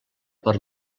per